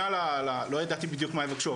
לא ידעתי בדיוק מה יבקשו,